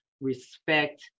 respect